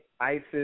Isis